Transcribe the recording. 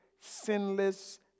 sinless